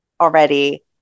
already